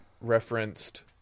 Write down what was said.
referenced